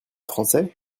français